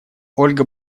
ольга